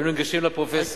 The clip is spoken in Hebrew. היו ניגשים לפרופסור,